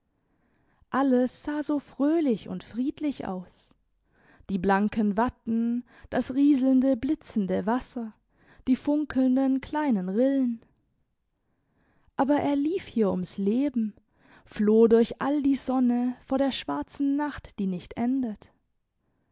alles sah so fröhlich und friedlich aus die blanken watten das rieselnde blitzende wasser die funkelnden kleinen rillen aber er lief hier ums leben floh durch all die sonne vor der schwarzen nacht die nicht endet